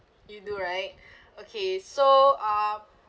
you do right okay so uh